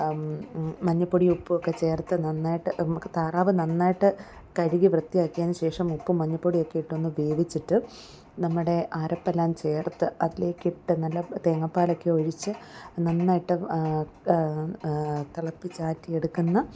മഞ്ഞപ്പൊടിയും ഉപ്പും ഒക്കെ ചേർത്ത് നന്നായിട്ട് നമുക്ക് താറാവ് നന്നായിട്ട് കഴുകി വൃത്തിയാക്കിയതിനുശേഷം ഉപ്പും മഞ്ഞൾ പൊടിയും ഒക്കെ ഇട്ടൊന്ന് വേവിച്ചിട്ട് നമ്മുടെ അരപ്പെല്ലാം ചേർത്ത് അതിലേക്കിട്ട് നല്ല തേങ്ങാപ്പാലൊക്കെ ഒഴിച്ച് നന്നായിട്ട് തിളപ്പിച്ചാറ്റിയെടുക്കുന്ന